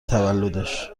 تولدش